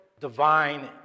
divine